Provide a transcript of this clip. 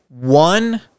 one